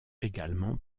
également